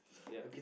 yup